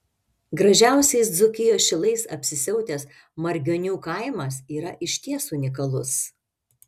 gražiausiais dzūkijos šilais apsisiautęs margionių kaimas yra išties unikalus